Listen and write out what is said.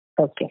Okay